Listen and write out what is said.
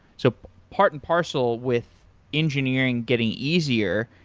so part and parcel with engineering getting easier,